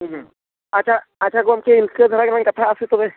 ᱟᱪᱪᱷᱟ ᱟᱪᱪᱷᱟ ᱜᱚᱢᱠᱮ ᱤᱱᱠᱟᱹ ᱫᱷᱟᱨᱟ ᱜᱮᱞᱟᱝ ᱠᱟᱛᱷᱟᱜᱼᱟ ᱥᱮ ᱛᱚᱵᱮ